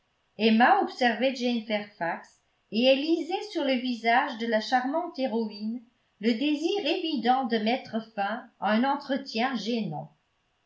emma observait jane fairfax et elle lisait sur le visage de la charmante héroïne le désir évident de mettre fin à un entretien gênant